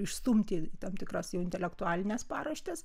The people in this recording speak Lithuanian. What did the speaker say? išstumti į tam tikras jau intelektualines paraštes